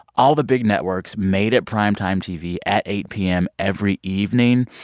all the big networks made it prime-time tv at eight p m. every evening.